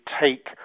take